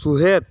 ᱥᱩᱦᱮᱛ